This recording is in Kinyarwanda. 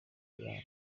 biranga